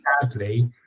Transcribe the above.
sadly